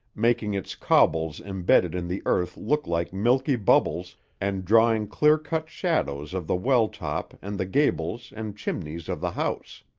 making its cobbles embedded in the earth look like milky bubbles and drawing clear-cut shadows of the well-top and the gables and chimneys of the house.